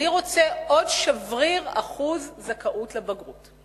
אני רוצה עוד שבריר אחוז זכאות לבגרות,